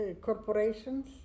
corporations